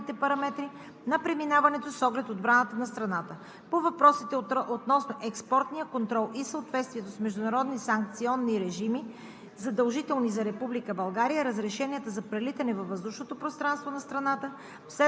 Издадените заповеди са в рамките на компетентността на министъра на отбраната, касаещи преценка на военните параметри на преминаването с оглед отбраната на страната. По въпросите относно експортния контрол и съответствието с международни санкционни режими,